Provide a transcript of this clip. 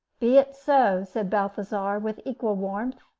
be it so, said balthasar, with equal warmth.